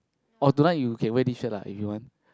or tonight you can wear this shirt lah if you want